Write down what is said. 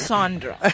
Sandra